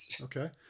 Okay